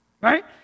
right